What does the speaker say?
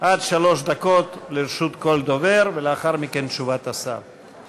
עד שלוש דקות לרשות כל דובר, ולאחר מכן תשובת השר.